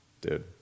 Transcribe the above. Dude